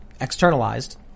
externalized